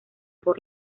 por